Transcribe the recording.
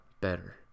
better